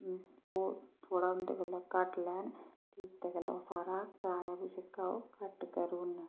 ओह् थोह्ड़ा उं'दे कोला घट्ट लैन इत्त गल्लै ओह् साढ़ा कराया जेह्का ओह् घट्ट करुड़न